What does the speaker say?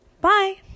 Bye